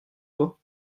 toi